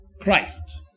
Christ